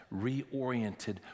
reoriented